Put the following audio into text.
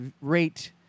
rate –